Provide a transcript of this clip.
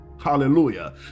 Hallelujah